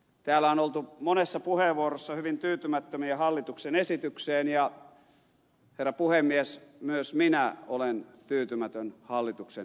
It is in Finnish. täällä on oltu monessa puheenvuorossa hyvin tyytymättömiä hallituksen esitykseen ja herra puhemies myös minä olen tyytymätön hallituksen esitykseen